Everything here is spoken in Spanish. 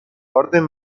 orden